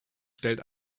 stellt